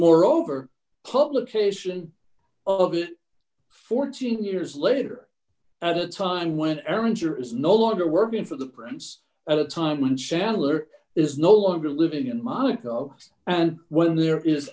moreover publication of it fourteen years later at a time when aaron ger is no longer working for the prince at a time when chandler is no longer living in monaco and when there is